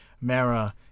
Mara